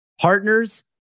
partners